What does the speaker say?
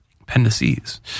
appendices